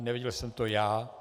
Nevěděl jsem to já.